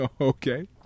Okay